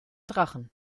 drachen